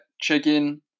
chicken